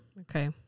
Okay